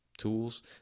Tools